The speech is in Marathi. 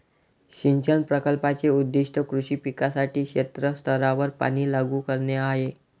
सिंचन प्रकल्पाचे उद्दीष्ट कृषी पिकांसाठी क्षेत्र स्तरावर पाणी लागू करणे आहे